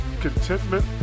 contentment